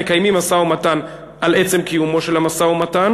הם מקיימים משא-ומתן על עצם קיומו של המשא-ומתן.